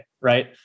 right